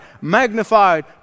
magnified